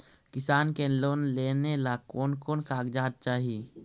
किसान के लोन लेने ला कोन कोन कागजात चाही?